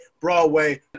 Broadway